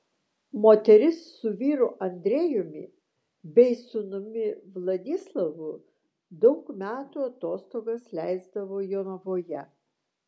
moteris su vyru andrejumi bei sūnumi vladislavu daug metų atostogas leisdavo jonavoje